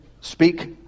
speak